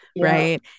Right